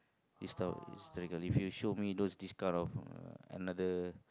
histo~ historical if you show me those this kind of uh another